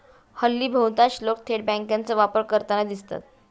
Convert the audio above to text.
हल्ली बहुतांश लोक थेट बँकांचा वापर करताना दिसतात